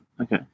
Okay